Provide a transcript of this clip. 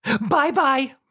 Bye-bye